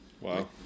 Wow